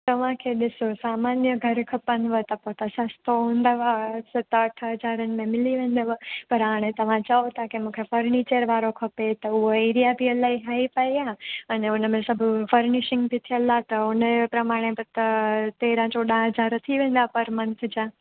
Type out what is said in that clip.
तव्हां खे ॾिसो सामान्य घरु खपनिव त पोइ त सस्तो हूंदव सत अठ हज़ारनि में मिली वेंदव पर हाणे तव्हां चओ था की मूंखे फर्नीचर वारो खपे त उहो एरिया बि इलाही हाई फाई आहे अने उन में सभु फर्नीशिंग बि थियलु आहे त उन जे प्रमाणे त तेरहां चोॾहां पर मंथ जा